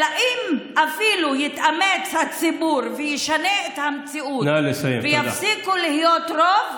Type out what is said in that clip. אלא אפילו אם יתאמץ הציבור וישנה את המציאות ויפסיקו להיות רוב,